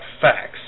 facts